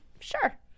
sure